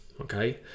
okay